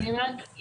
אני אומרת,